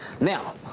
Now